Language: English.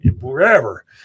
wherever